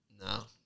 no